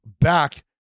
back